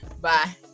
Bye